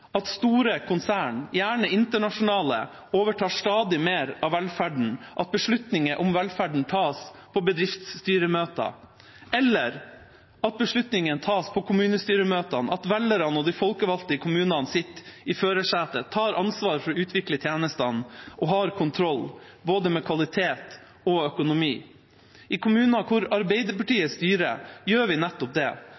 at store konsern, gjerne internasjonale, overtar stadig mer av velferden, at beslutninger om velferden tas på bedriftsstyremøter – eller at beslutninger tas på kommunestyremøtene, at velgerne og de folkevalgte i kommunene sitter i førersetet, tar ansvar for å utvikle tjenestene og har kontroll med både kvalitet og økonomi. I kommuner